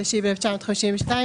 התשי"ב-1952,